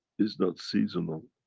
is not seasonal.